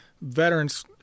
veterans